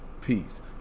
Peace